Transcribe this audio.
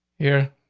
here.